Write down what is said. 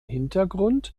hintergrund